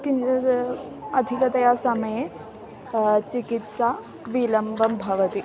किञ्चित् अधिकतया समये चिकित्सा विलम्बेन भवति